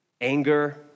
anger